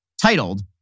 titled